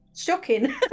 shocking